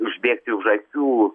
užbėgti už akių